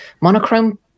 Monochrome